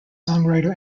songwriter